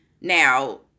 now